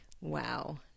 Wow